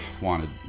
wanted